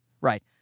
Right